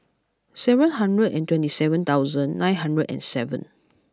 seven hundred and twenty seven thousand nine hundred and seven